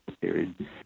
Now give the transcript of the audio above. period